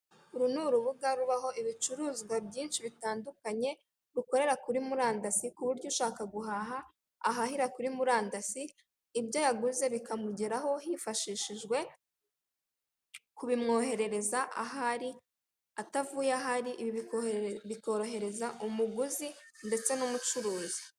Uru ni urubuga rubaho ibicuruzwa byinshi bitandukanye, rukorera kuri murandasi ku buryo ushaka guhaha ahahira kuri murandasi, ibyo yaguze bikamugeraho hifashijwe kubimwoherereza bikamugeraho atavuye aho ari, ibi bikorohereza umuguzi ndetse numucuruzi.